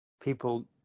people